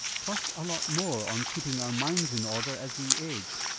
plus a lot more on keeping our minds in order as we age,